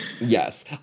Yes